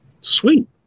Sweet